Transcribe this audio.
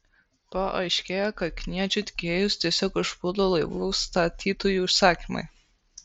paaiškėjo kad kniedžių tiekėjus tiesiog užplūdo laivų statytojų užsakymai